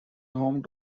home